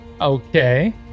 Okay